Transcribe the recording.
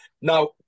Now